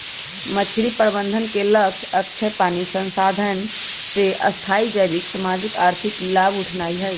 मछरी प्रबंधन के लक्ष्य अक्षय पानी संसाधन से स्थाई जैविक, सामाजिक, आर्थिक लाभ उठेनाइ हइ